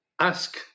ask